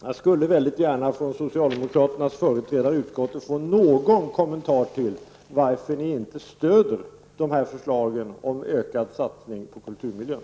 Jag skulle väldigt gärna från socialdemokraternas företrädare i utskottet vilja få någon kommentar till varför ni inte stödjer dessa förslag om ökade satsningar på kulturmiljön.